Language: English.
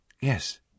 yes